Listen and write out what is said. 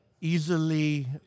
easily